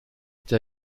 der